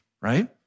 right